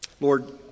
Lord